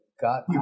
got